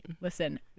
Listen